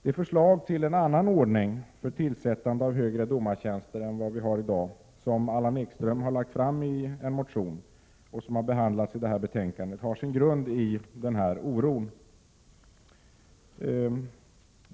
Det förslag till en annan ordning för tillsättande av högre domartjänster som Allan Ekström har lagt fram i en motion, som har behandlats i föreliggande betänkande, har sin grund i den oron.